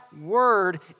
word